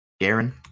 Garen